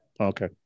Okay